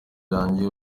yanjye